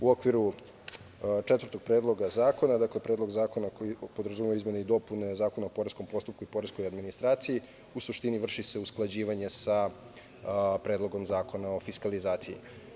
U okviru četvrtog predloga zakona, dakle Predlog zakona koji podrazumeva izmene i dopune Zakona o poreskom postupku i poreskoj administraciji, u suštini vrši se usklađivanje sa Predlogom zakona o fiskalizaciji.